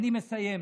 אני מסיים.